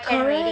correct